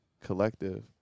collective